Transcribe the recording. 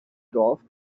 dorf